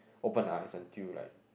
open ah its until like